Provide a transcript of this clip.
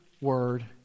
word